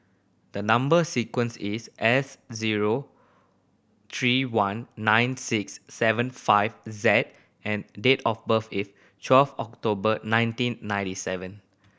the number sequence is S zero three one nine six seven five Z and date of birth is twelve October nineteen ninety seven